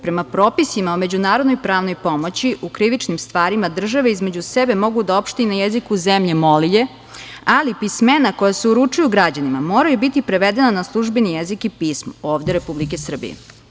Prema propisima o međunarodnoj pravnoj pomoći u krivičnim stvarima, države između sebe mogu da opšte i na jeziku zemlje molilje, ali pismena koja se uručuju građanima moraju biti prevedena na službeni jezik i pismo, ovde Republike Srbije.